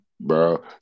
Bro